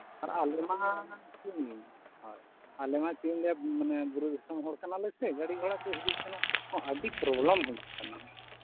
ᱟᱨ ᱟᱞᱮᱢᱟ ᱦᱳᱭ ᱟᱞᱮ ᱢᱟ ᱪᱮᱫᱤᱧ ᱞᱟᱹᱭᱟ ᱢᱟᱱᱮ ᱵᱩᱨᱩ ᱫᱤᱥᱚᱢ ᱦᱚᱲ ᱠᱟᱱᱟᱞᱮ ᱥᱮ ᱜᱟᱹᱰᱤᱼᱜᱷᱚᱲᱟᱠᱚ ᱦᱤᱡᱩᱜᱼᱥᱮᱱᱚᱜᱦᱚᱸ ᱟᱹᱰᱤ ᱯᱨᱚᱵᱞᱮᱢ ᱦᱩᱭᱩᱜ ᱠᱟᱱᱟ